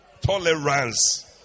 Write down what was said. tolerance